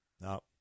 no